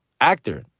actor